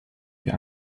für